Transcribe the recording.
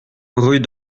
rue